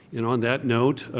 and on that note,